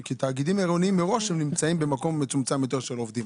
כי תאגידים עירוניים מראש נמצאים במקום מצומצם יותר של עובדים,